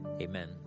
Amen